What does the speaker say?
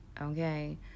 okay